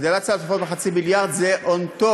הגדלת סל התרופות בחצי מיליארד זה on top,